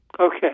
Okay